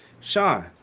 Sean